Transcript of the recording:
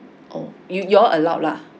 oh you you all allowed lah